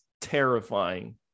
terrifying